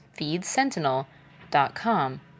feedsentinel.com